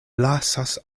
lasas